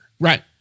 Right